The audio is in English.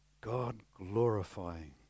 God-glorifying